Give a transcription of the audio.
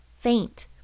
faint